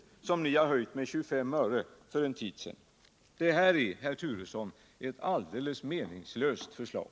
som ni för en tid sedan höjde med 25 öre per liter. Det här är, herr Turesson, ett alldeles meningslöst förslag.